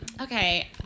Okay